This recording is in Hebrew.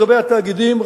לגבי התאגידים,